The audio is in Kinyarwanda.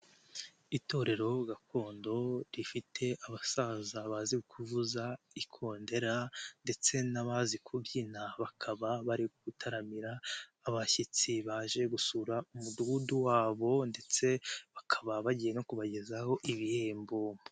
Itorero gakondo rifite abasaza bazi kuvuza ikondera ndetse n'abazi kubyina bakaba bari gutaramira abashyitsi baje gusura umudugudu wabo ndetse bakaba bagiye no kubagezaho ibihembo.